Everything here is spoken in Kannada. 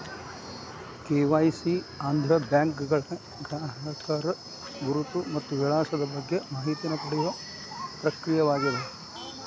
ಕೆ.ವಾಯ್.ಸಿ ಅಂದ್ರ ಬ್ಯಾಂಕ್ಗಳ ಗ್ರಾಹಕರ ಗುರುತು ಮತ್ತ ವಿಳಾಸದ ಬಗ್ಗೆ ಮಾಹಿತಿನ ಪಡಿಯೋ ಪ್ರಕ್ರಿಯೆಯಾಗ್ಯದ